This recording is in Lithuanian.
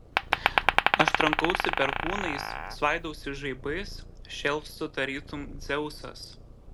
aš trankausi perkūnais svaidausi žaibais šėlstu tarytum dzeusas